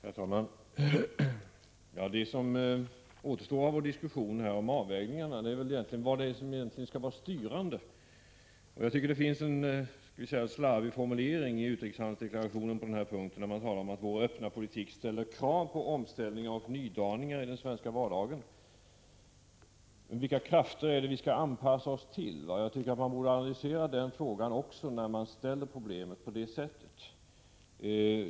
Herr talman! Det som återstår av vår diskussion om avvägningarna är vad som egentligen skall vara styrande. Jag tycker att det finns en slarvig formulering i utrikeshandelsdeklarationen på den punkten. Man talar om att vår öppna politik ställer krav på omställning och nydaning i den svenska vardagen. Vilka krafter är det vi skall anpassa oss till? Jag tycker att man borde analysera den frågan också när man framställer problemen på det sättet.